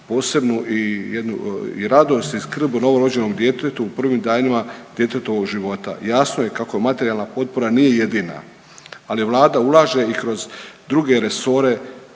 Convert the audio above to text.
i jednu radost i skrb o novorođenom djetetu u prvim danima djetetova života. Jasno je kako materijalna potpora nije jedina, ali vlada ulaže i kroz druge resore,